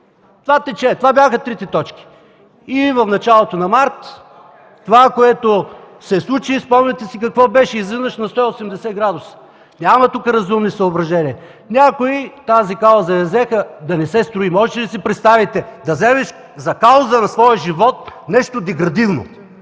за Сирия. Това бяха трите точки. И в началото на март това, което се случи, спомняте си какво беше – излизаш на 180 градуса. Няма тук разумни съоръжения. Някои тази кауза я взеха – да не се строи. Можете ли да си представите? Да вземеш за кауза на своя живот нещо деградивно!